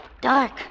dark